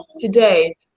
today